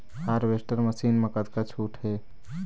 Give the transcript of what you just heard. Harvester machine मा कतका छूट हे?